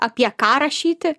apie ką rašyti